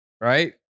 right